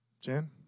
Jen